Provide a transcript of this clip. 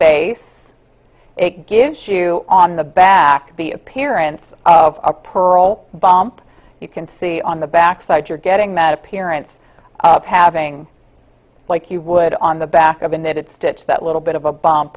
base it gives you on the back the appearance of a pearl bump you can see on the backside you're getting that appearance of having like you would on the back of an that it's stitch that little bit of a b